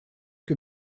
que